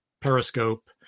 Periscope